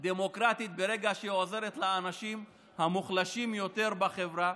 ויותר דמוקרטית ברגע שהיא עוזרת לאנשים המוחלשים יותר בחברה.